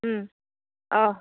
उम अह